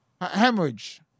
hemorrhage